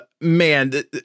man